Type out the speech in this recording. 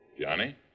Johnny